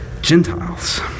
Gentiles